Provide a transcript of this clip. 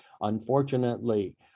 Unfortunately